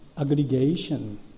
Aggregation